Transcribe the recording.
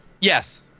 Yes